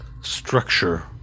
structure